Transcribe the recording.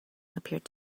appeared